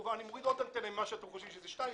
אני מוריד עוד אנטנה ממה שאתם חושבים שזה שתיים,